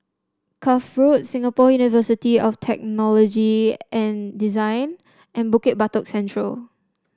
Cuff Road Singapore University of Technology and Design and Bukit Batok Central